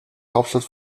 hauptstadt